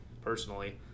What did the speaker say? personally